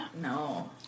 No